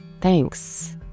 thanks